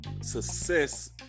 success